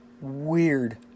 Weird